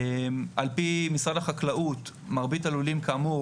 על-פי משרד החקלאות מרבית הלולים כאמור,